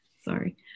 sorry